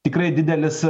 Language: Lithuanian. tikrai didelis